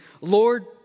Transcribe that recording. Lord